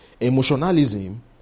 Emotionalism